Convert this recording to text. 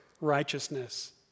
righteousness